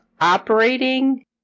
operating